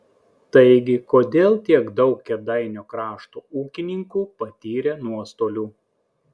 taigi kodėl tiek daug kėdainių krašto ūkininkų patyrė nuostolių